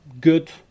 good